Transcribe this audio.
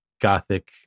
Gothic